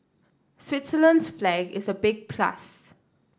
Switzerland's flag is a big plus